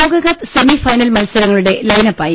ലോകകപ്പ് semi final മത്സരങ്ങളുടെ ലൈൻഅപ്പായി